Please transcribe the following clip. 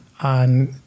on